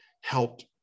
helped